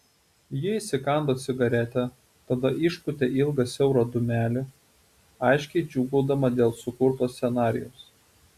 ji įsikando cigaretę tada išpūtė ilgą siaurą dūmelį aiškiai džiūgaudama dėl sukurto scenarijaus